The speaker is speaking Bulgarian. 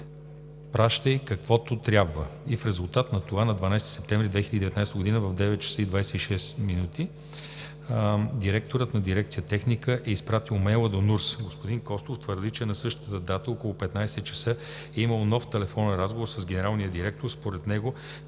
„Пращай каквото трябва!“ и в резултат на това на 12 септември 2019 г. в 9,26 ч. директорът на дирекция „Техника“ е изпратил имейла до НУРТС. Господин Костов твърди, че на същата дата около 15,00 ч. е имал нов телефонен разговор с генералния директор. Според него